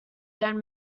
dead